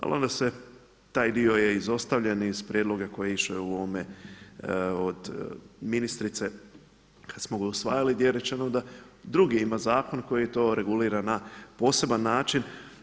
Ali onda se, taj dio je izostavljen iz prijedloga koji je išao u ovome od ministrice kada smo ga usvajali gdje je rečeno da drugi ima zakon koji to regulira na poseban način.